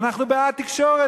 אנחנו בעד תקשורת,